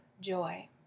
joy